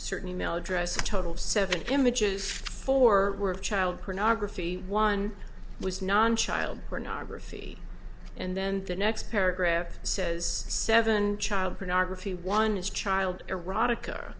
certain e mail address a total of seven images four were of child pornography one was non child pornography and then the next paragraph says seven child pornography one is child erotica